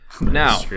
Now